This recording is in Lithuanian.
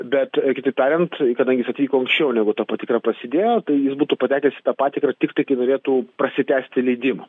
bet kitaip tariant kadangi jis atvyko anksčiau negu ta patikra prasidėjo tai jis būtų patekęs į tą patikrą tiktai kai norėtų prasitęsti leidimą